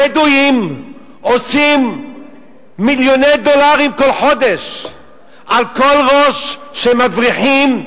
הבדואים עושים מיליוני דולרים כל חודש על כל ראש שהם מבריחים,